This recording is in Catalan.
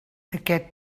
aquest